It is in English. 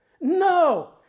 No